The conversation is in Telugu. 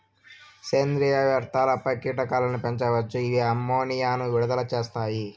సేంద్రీయ వ్యర్థాలపై కీటకాలను పెంచవచ్చు, ఇవి అమ్మోనియాను విడుదల చేస్తాయి